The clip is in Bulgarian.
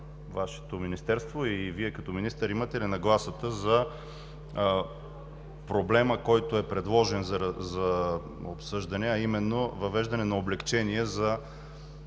Вашето министерство и Вие като министър имате ли нагласата за проблема, който е предложен за обсъждане, а именно въвеждане на облекчение за